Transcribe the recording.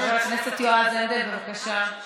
החמץ, חבר הכנסת יועז הנדל, בבקשה.